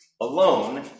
alone